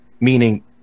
meaning